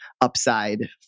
upside